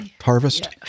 Harvest